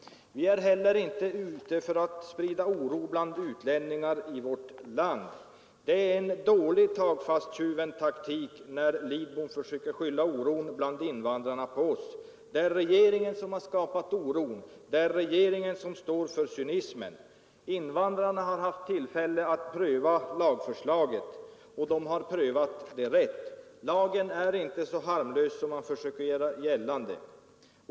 Vi är heller inte ute för att sprida oro bland utlänningar i vårt land. Det är en dålig tag-fast-tjuven-taktik när herr Lidbom försöker skylla oron bland invandrarna på oss. Det är regeringen som har skapat oron, det är regeringen som står för cynism. Invandrarna har haft tillfälle att pröva lagförslaget, och de har prövat det rätt. Lagen är inte så harmlös som man försöker göra gällande.